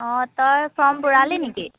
অঁ তই ফৰ্ম পূৰালি নেকি